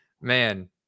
man